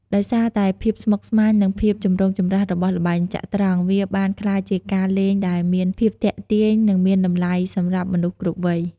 ដោយសារតែភាពស្មុគស្មាញ និងភាពចម្រូងចម្រាសរបស់ល្បែងចត្រង្គ វាបានក្លាយជាការលេងដែលមានភាពទាក់ទាញ និងមានតម្លៃសម្រាប់មនុស្សគ្រប់វ័យ។